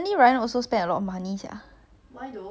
I think ah